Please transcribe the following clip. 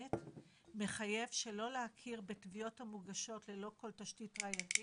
"מחייב שלא להכיר בתביעות המוגשות ללא כל תשתית ראייתית,